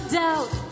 doubt